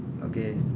okay